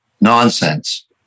nonsense